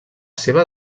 seva